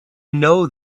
know